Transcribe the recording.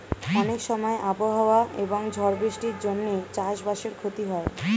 অনেক সময় আবহাওয়া এবং ঝড় বৃষ্টির জন্যে চাষ বাসের ক্ষতি হয়